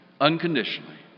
unconditionally